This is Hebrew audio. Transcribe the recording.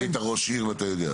אתה גם היית ראש עיר ואתה יודע.